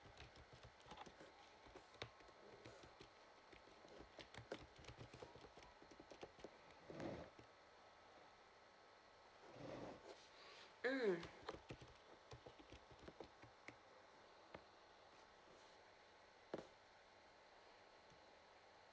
mm